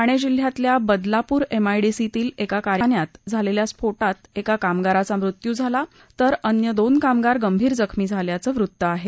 ठाणे जिल्ह्यातल्या बदलापूर शिल्या एमआयडीतील एका कारखान्यात झालेल्या स्फोटात एका कामगाराचा मृत्यू झाला तर अन्य दोन कामगार गंभीर जखमी झाल्याचं वृत्त आहे